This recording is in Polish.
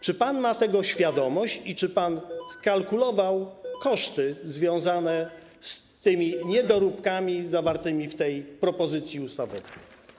Czy pan ma tego świadomość i czy pan kalkulował koszty związane z tymi niedoróbkami zawartymi w tej propozycji ustawowej?